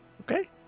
okay